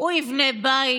הוא יבנה בית,